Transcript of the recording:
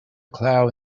cloud